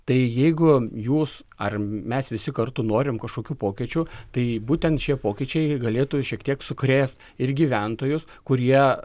tai jeigu jus ar mes visi kartu norim kažkokių pokyčių tai būtent šie pokyčiai galėtų šiek tiek sukrėst ir gyventojus kurie